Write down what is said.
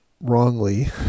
wrongly